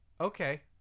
Okay